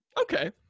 Okay